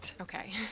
Okay